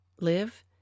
live